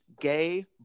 gay